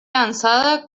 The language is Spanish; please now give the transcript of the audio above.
lanzada